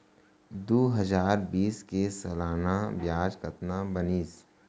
दू हजार बीस के सालाना ब्याज कतना बनिस?